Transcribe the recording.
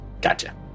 Gotcha